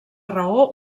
raó